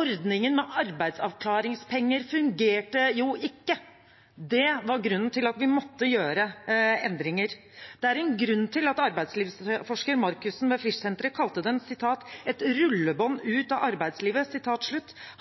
Ordningen med arbeidsavklaringspenger fungerte jo ikke. Det var grunnen til at vi måtte gjøre endringer. Det er en grunn til at arbeidslivsforsker Markussen ved Frischsenteret kalte den «et rullebånd ut av arbeidslivet».